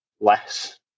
less